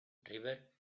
river